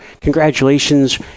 congratulations